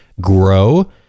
grow